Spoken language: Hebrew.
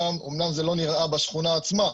אמנם זה לא נראה בשכונה עצמה,